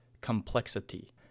complexity